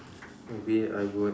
maybe I would